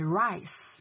rice